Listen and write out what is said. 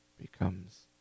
becomes